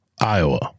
Iowa